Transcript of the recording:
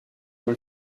dans